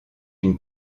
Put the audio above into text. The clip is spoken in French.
une